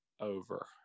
over